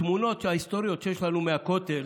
התמונות ההיסטוריות שיש לנו מהכותל